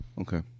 okay